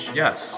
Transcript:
yes